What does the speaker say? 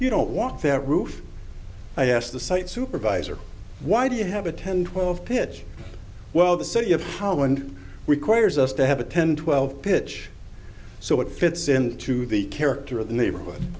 you don't want that roof i asked the site supervisor why do you have a ten twelve pitch well the city of holland requires us to have a ten twelve pitch so it fits into the character of the neighborhood